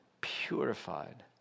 purified